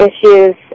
issues